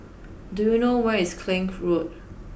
do you know where is Klang Road